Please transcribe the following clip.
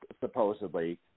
supposedly